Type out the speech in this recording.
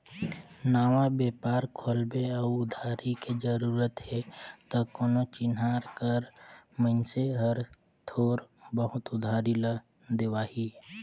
नवा बेपार खोलबे अउ उधारी के जरूरत हे त कोनो चिनहार कर मइनसे हर थोर बहुत उधारी ल देवाही